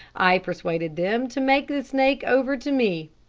i persuaded them to make the snake over to me.